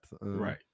Right